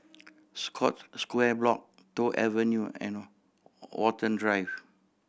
Scotts Square Block Toh Avenue and Watten Drive